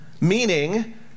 Meaning